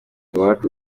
iwacu